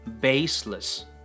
Baseless